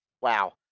wow